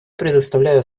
предоставляю